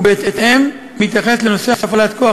ובהתאם לכך מתייחס לנושא הפעלת כוח,